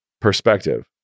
perspective